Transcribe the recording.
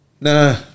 nah